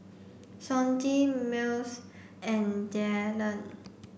Sonji Mills and Dyllan